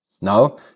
no